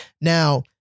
Now